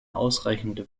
ausreichende